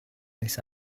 this